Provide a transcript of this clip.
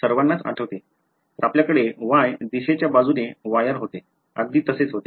तर आपल्याकडे वाय दिशेच्या बाजूने वायर होते अगदी तसेच होते